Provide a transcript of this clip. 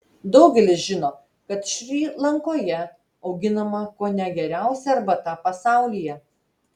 daugelis žino kad šri lankoje auginama kone geriausia arbata pasaulyje